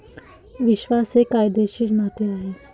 विश्वास हे कायदेशीर नाते आहे